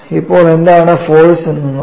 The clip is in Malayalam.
ഇപ്പോൾ എന്താണ് ഫോഴ്സ് എന്ന് നോക്കണം